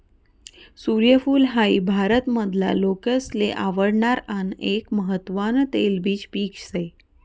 सूर्यफूल हाई भारत मधला लोकेसले आवडणार आन एक महत्वान तेलबिज पिक से